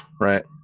right